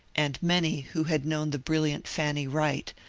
and many who had known the brilliant fanny wright,